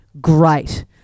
great